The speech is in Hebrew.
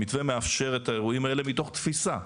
המתווה מאפשר את האירועים האלה מתוך תפיסה,